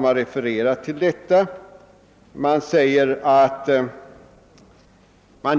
Man skriver: >Utskottet har tidigare ——— uttryckt sig